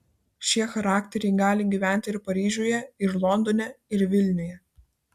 šie charakteriai gali gyventi ir paryžiuje ir londone ir vilniuje